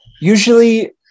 Usually